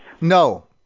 no